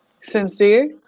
sincere